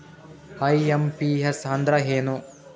IMPS ಅಂದ್ರ ಏನು?